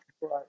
Right